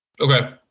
Okay